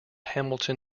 hamilton